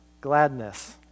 Gladness